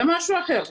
זה משהו אחר.